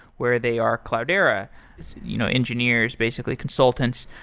where they are cloudera you know engineers, basically, consultants.